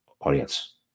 audience